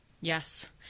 Yes